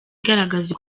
igaragaza